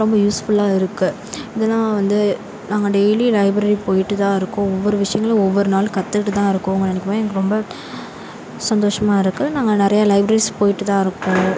ரொம்ப யூஸ்ஃபுல்லாக இருக்குது இதெல்லாம் வந்து நாங்கள் டெய்லி லைப்ரரி போய்விட்டுதான் இருக்கோம் ஒவ்வொரு விஷயங்களும் ஒவ்வொரு நாளும் கற்றுக்கிட்டுதான் இருக்கோன்னு நினைக்கும்போது எனக்கு ரொம்ப சந்தோஷமாக இருக்குது நாங்கள் நிறையா லைப்ரரிஸ் போய்கிட்டுதான் இருக்கோம்